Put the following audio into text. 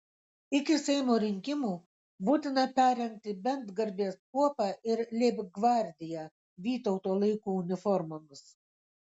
iki seimo rinkimų būtina perrengti bent garbės kuopą ir leibgvardiją vytauto laikų uniformomis